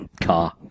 car